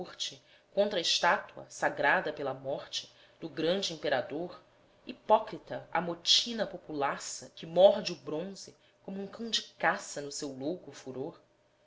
coorte contra a estátua sagrada pela morte do grande imperador hipócrita amotina a populaça que morde o bronze como um cão de caça no seu louco furor